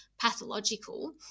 pathological